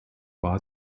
war